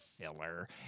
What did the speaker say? filler